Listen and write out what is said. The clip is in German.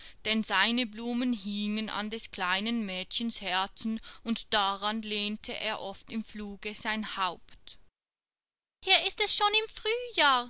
denn seine blumen hingen an des kleinen mädchens herzen und daran lehnte er oft im fluge sein haupt hier ist es schön im frühjahr